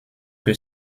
que